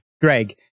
Greg